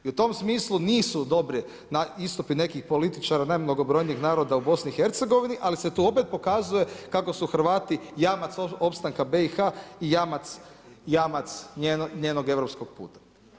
I u tom smislu nisu odobri istupi nekih političara najmnogobrojnijeg naroda u BiH-u ali se tu opet pokazuje kako su Hrvati jamac opstanka BiH-a i jamac njenog europskog puta.